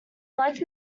liking